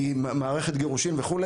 ממערכת גירושים וכולי,